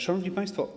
Szanowni Państwo!